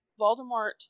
Voldemort